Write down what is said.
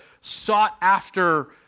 sought-after